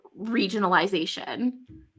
regionalization